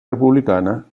republicana